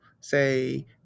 say